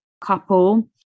couple